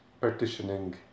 partitioning